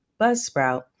Buzzsprout